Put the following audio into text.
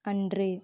அன்று